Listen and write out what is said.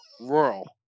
Rural